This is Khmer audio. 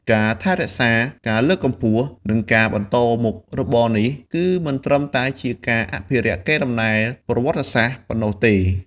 ការថែរក្សា ការលើកកម្ពស់ និងការបន្តមុខរបរនេះ គឺមិនត្រឹមតែជាការអភិរក្សកេរដំណែលប្រវត្តិសាស្រ្តប៉ុណ្ណោះទេ។